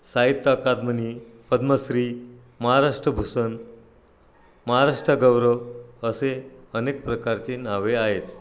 साहित्य अकादमीने पद्मश्री महाराष्ट्रभूषण महाराष्ट्र गौरव असे अनेक प्रकारचे नावे आहेत